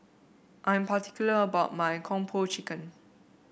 I'm particular about my Kung Po Chicken